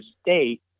State